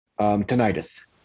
tinnitus